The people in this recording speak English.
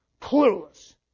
clueless